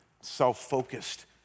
self-focused